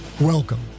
Welcome